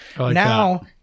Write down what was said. Now